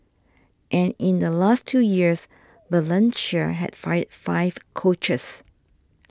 and in the last two years Valencia had fired five coaches